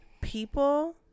people